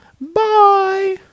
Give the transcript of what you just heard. Bye